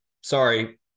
sorry